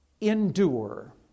endure